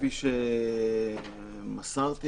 כפי שמסרתי,